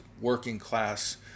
working-class